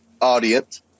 audience